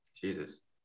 Jesus